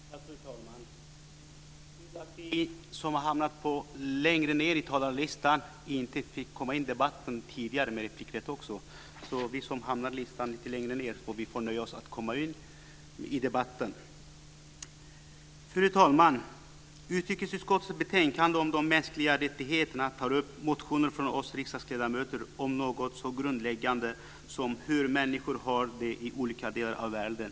Fru talman! Det är synd att vi som har hamnat längre ned i talarlistan inte fick komma in i debatten tidigare med replikrätt. Vi får nöja oss med att komma in nu i stället. Fru talman! I utrikesutskottets betänkande om de mänskliga rättigheterna tas motioner från oss riksdagsledamöter upp om något så grundläggande som hur människor har det i olika delar av världen.